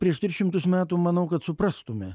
prieš tris šimtus metų manau kad suprastume